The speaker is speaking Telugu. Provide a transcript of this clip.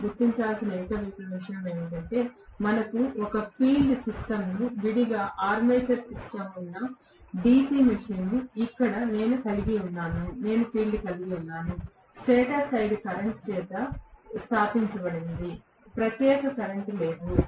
మీరు గుర్తించాల్సిన ఏకైక విషయం ఏమిటంటే మనకు ఒక ఫీల్డ్ సిస్టమ్ విడిగా ఆర్మేచర్ సిస్టమ్ ఉన్న డిసి మెషీన్ ఇక్కడ నేను ఫీల్డ్ కలిగి ఉన్నాను స్టేటర్ సైడ్ కరెంట్ చేత స్థాపించబడింది ప్రత్యేక కరెంట్ లేదు